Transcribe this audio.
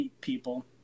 people